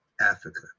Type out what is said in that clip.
Africa